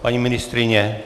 Paní ministryně?